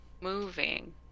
moving